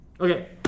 Okay